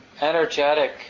energetic